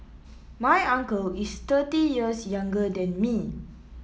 my uncle is thirty years younger than me